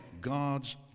God's